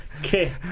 Okay